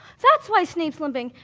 that's why snape's limping.